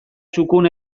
txukun